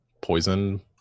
poison